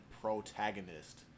protagonist